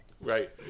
Right